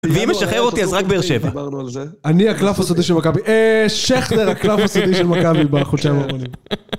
ואם משחרר אותי אז רק באר שבע. אני הקלף הסודי של מכבי, אה שכטר הקלף הסודי של מקבי בחודשיים האחרונים.